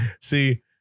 See